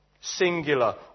singular